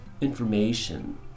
information